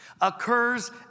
occurs